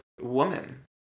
woman